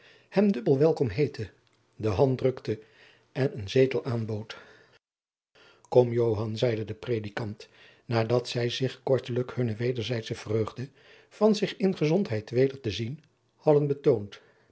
hem dubbel welkom heette de hand drukte en een zetel aanbood kom joan zeide de predikant nadat zij zich kortelijk hunne wederzijdsche vreugde van zich in gezondheid weder te zien hadden betoond